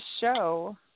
show